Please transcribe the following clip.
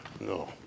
No